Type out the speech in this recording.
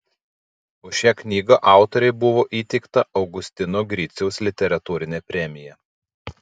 už šią knygą autorei buvo įteikta augustino griciaus literatūrinė premija